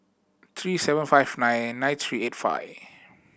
three seven five nine nine three eight five